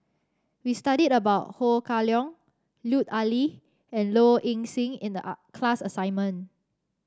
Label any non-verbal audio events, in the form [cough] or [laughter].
we studied about Ho Kah Leong Lut Ali and Low Ing Sing in the [unintelligible] class assignment